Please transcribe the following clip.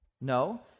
No